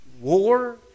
war